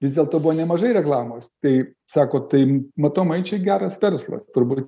vis dėlto buvo nemažai reklamos tai sako tai matomai čia geras verslas turbūt